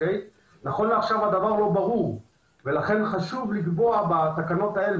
נכון לעכשיו הדבר לא ברור ולכן חשוב לקבוע בתקנות האלה,